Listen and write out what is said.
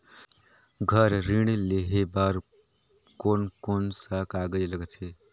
घर ऋण लेहे बार कोन कोन सा कागज लगथे?